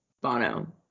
Bono